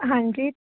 ਹਾਂਜੀ